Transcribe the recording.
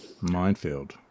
minefield